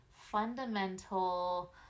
fundamental